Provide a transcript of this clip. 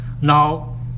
Now